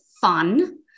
fun